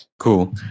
Cool